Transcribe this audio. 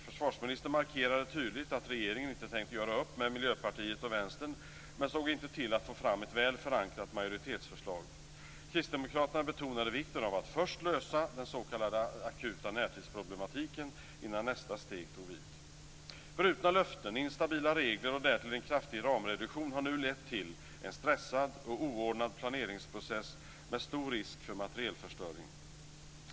Försvarsministern markerade tydligt att regeringen inte tänkte göra upp med Miljöpartiet och Vänstern, men såg inte till att få fram ett väl förankrat majoritetsförslag. Kristdemokraterna betonade vikten av att först lösa den s.k. akuta närtidsproblematiken innan nästa steg tog vid. Brutna löften, instabila regler och därtill en kraftig ramreduktion har nu lett till en stressad och oordnad planeringsprocess med stor risk för materielförstöring.